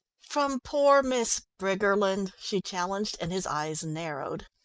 from poor miss briggerland? she challenged, and his eyes narrowed.